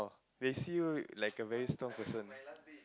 they see you like a very strong person